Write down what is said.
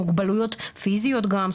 מוגבלויות פיזיות גם.